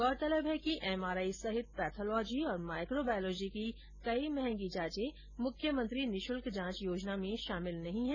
गौरतलब है कि एमआरआई सहित पैथोलॉजी और माइक्रोबायोलॉजी की कई महंगी जांचे मुख्यमंत्री निशुल्क जांच योजना में शामिल नहीं है